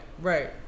Right